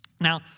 Now